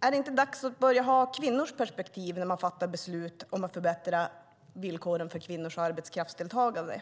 Är det inte dags att börja ha kvinnors perspektiv när man fattar beslut om att förbättra villkoren för kvinnors arbetskraftsdeltagande?